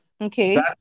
okay